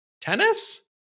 Tennis